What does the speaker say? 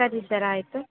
ಸರಿ ಸರ್ ಆಯ್ತು